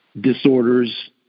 disorders